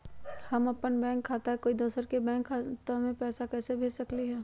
हम अपन बैंक खाता से कोई दोसर के बैंक खाता में पैसा कैसे भेज सकली ह?